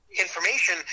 information